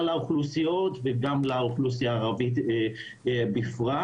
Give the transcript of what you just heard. האוכלוסיות וגם לאוכלוסייה הערבית בפרט,